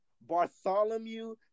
Bartholomew